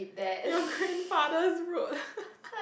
your grandfather's road